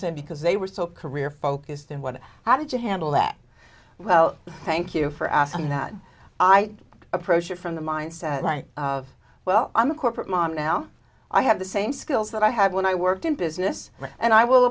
saying because they were so career focused and what how did you handle that well thank you for asking that i approach it from the mindset of well i'm a corporate mom now i have the same skills that i had when i worked in business and i will